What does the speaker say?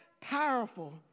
powerful